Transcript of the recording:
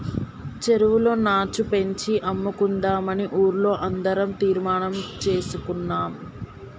చెరువులో నాచు పెంచి అమ్ముకుందామని ఊర్లో అందరం తీర్మానం చేసుకున్నాం